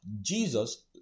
Jesus